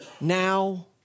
now